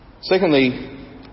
Secondly